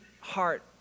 heart